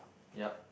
yup